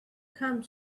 come